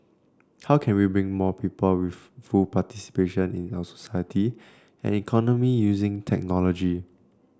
how can we bring more people with full participation in our society and economy using technology